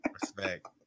Respect